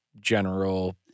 general